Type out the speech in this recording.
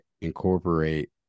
incorporate